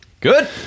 Good